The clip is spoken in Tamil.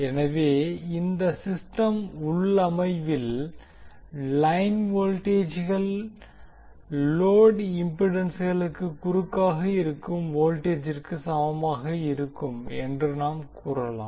எனவே இந்த சிஸ்டம் உள்ளமைவில் லைன் வோல்டேஜ்கள் லோடு இம்பிடன்ஸ்களுக்கு குறுக்காக இருக்கும் வோல்டேஜிற்கு சமமாக இருக்கும் என்று நாம் கூறலாம்